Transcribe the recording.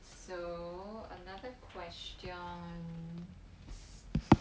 so another question